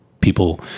people